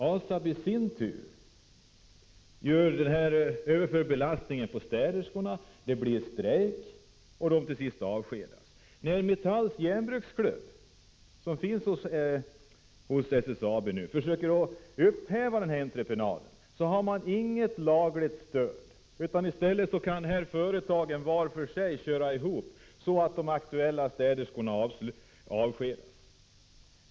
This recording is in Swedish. ASAB i sin tur överför belastningen på städpersonalen. Det blir strejk, och till sist avskedas städerskorna. När Metalls järnbruksklubb hos SSAB försöker upphäva denna entreprenad har man inget lagligt stöd. I stället kan företagen var för sig agera så att de aktuella städerskorna avskedas.